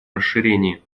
расширении